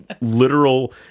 literal